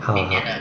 好好